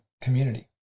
community